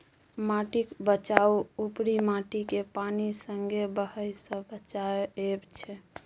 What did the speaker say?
माटिक बचाउ उपरी माटिकेँ पानि संगे बहय सँ बचाएब छै